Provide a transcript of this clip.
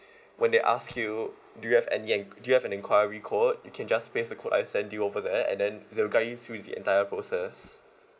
when they ask you do you have any en~ do you have an enquiry code you can just paste the code I send you over there and then they will guide you through the entire process